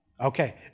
Okay